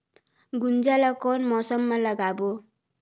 गुनजा ला कोन मौसम मा लगाबो?